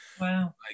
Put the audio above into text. Wow